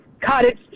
cottage